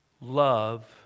Love